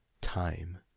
Time